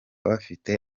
bafite